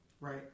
Right